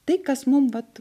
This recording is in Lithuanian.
tai kas mum vat